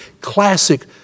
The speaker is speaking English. classic